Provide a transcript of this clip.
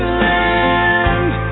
land